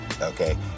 Okay